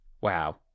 Wow